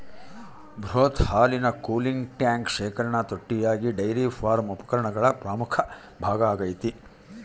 ಬೃಹತ್ ಹಾಲಿನ cooling tank ಶೇಖರಣಾ ತೊಟ್ಟಿಯಾಗಿ ಡೈರಿ ಫಾರ್ಮ್ ಉಪಕರಣಗಳ ಪ್ರಮುಖ ಭಾಗ ಆಗೈತೆ